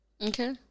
Okay